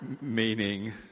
Meaning